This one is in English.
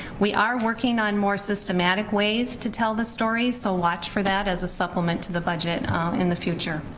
we are working on more systematic ways to tell the story, so watch for that as a supplement to the budget in the future.